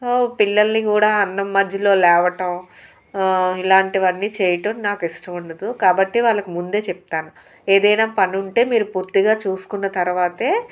ఆ పిల్లల్ని కూడా అన్నం మధ్యలో లేవటం ఇలాంటివన్నీ చేయటం నాకు ఇష్టం ఉండదు కాబట్టి వాళ్ళకు ముందే చెప్తాను ఏదైనా పని ఉంటే మీరు పూర్తిగా చూసుకున్న తర్వాతే